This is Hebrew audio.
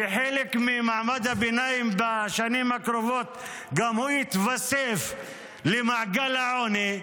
וחלק ממעמד הביניים בשנים הקרובות גם הוא יתווסף למעגל העוני.